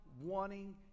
wanting